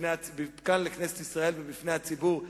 כאן לכנסת ישראל ובפני הציבור,